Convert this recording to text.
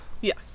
Yes